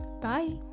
bye